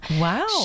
Wow